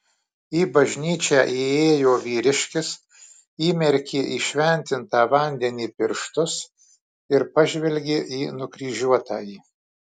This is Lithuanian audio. į bažnyčią įėjo vyriškis įmerkė į šventintą vandenį pirštus ir pažvelgė į nukryžiuotąjį